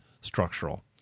structural